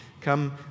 Come